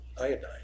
iodine